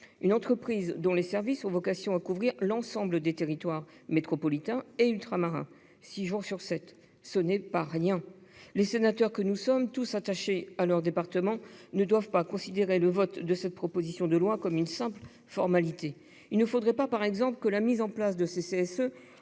de cette entreprise ont vocation à couvrir l'ensemble des territoires métropolitains et ultramarins, six jours sur sept. Ce n'est pas rien ! Les sénateurs que nous sommes, tous attachés à leur département, ne doivent pas considérer le vote de cette proposition de loi comme une simple formalité. Il ne faudrait pas, par exemple, que la mise en place de ces CSE